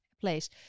place